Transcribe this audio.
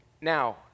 Now